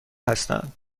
هستند